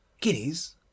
Guineas